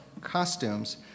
costumes